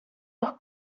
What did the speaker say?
los